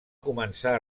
començar